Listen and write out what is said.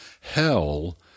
hell